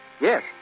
Yes